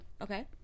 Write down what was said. okay